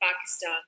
Pakistan